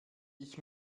ich